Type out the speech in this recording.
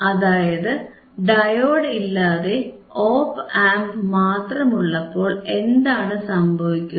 അതായത് ഡയോഡ് ഇല്ലാതെ op amp മാത്രമുള്ളപ്പോൾ എന്താണ് സംഭവിക്കുക